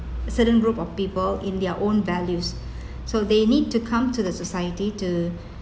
certain group of people in their own values so they need to come to the society to